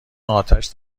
اتش